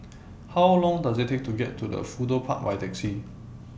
How Long Does IT Take to get to Fudu Park By Taxi